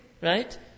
right